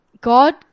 God